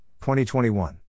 2021